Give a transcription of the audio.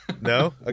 No